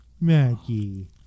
Maggie